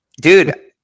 Dude